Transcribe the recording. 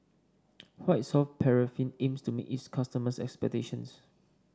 White Soft Paraffin aims to meet its customers' expectations